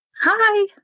Hi